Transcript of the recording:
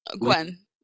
Gwen